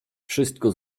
wszystko